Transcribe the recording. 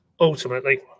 Ultimately